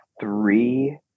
three